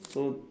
so